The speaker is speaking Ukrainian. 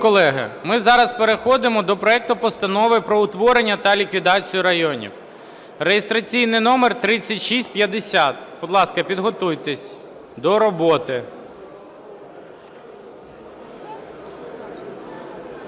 Шановні колеги, ми зараз переходимо до проекту Постанови про утворення та ліквідацію районів (реєстраційний номер 3650). Будь ласка, підготуйтесь до роботи.